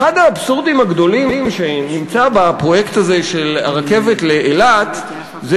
אחד האבסורדים הגדולים שנמצא בפרויקט הזה של הרכבת לאילת זה